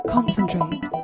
Concentrate